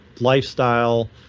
lifestyle